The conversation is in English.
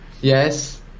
Yes